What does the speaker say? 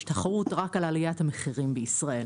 יש תחרות רק על עליית המחירים בישראל,